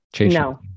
No